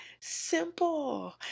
simple